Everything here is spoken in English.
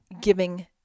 giving